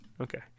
Okay